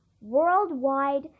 worldwide